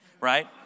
right